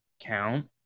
count